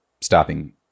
stopping